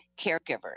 caregivers